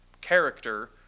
character